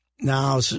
Now